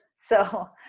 So-